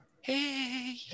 Hey